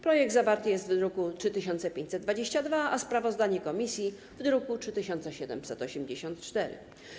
Projekt zawarty jest w druku nr 3522, a sprawozdanie komisji - w druku nr 3784.